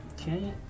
Okay